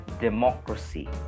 democracy